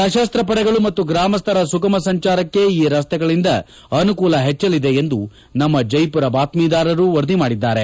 ಸಾಸ್ತ ಪಡೆಗಳು ಮತ್ತು ಗ್ರಾಮಸ್ಥರ ಸುಗಮ ಸಂಚಾರಕ್ಕೆ ಈ ರಸ್ತೆಗಳಿಂದ ಅನುಕೂಲ ಹೆಚ್ಚಲಿದೆ ಎಂದು ನಮ್ಮ ಜೈಮರ ಬಾಕ್ಷೀದಾರರು ವರದಿ ಮಾಡಿದ್ದಾರೆ